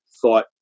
thought